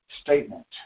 statement